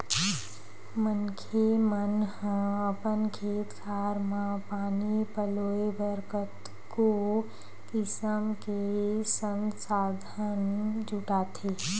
मनखे मन ह अपन खेत खार म पानी पलोय बर कतको किसम के संसाधन जुटाथे